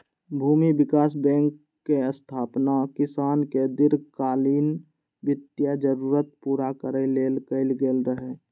भूमि विकास बैंकक स्थापना किसानक दीर्घकालीन वित्तीय जरूरत पूरा करै लेल कैल गेल रहै